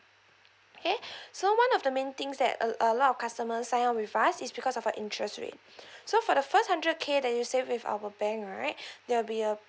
okay so one of the main things that uh a lot of customer sign up with us is because of our interest rate so for the first hundred K that you save with our bank right there will be a